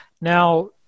now